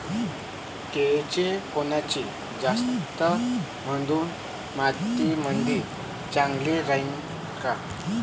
केळाची कोनची जात मध्यम मातीमंदी चांगली राहिन?